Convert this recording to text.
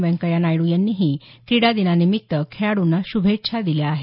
व्यंकय्या नायडू यांनीही क्रीडा दिनानिमित्त खेळाडूंना श्भेच्छा दिल्या आहेत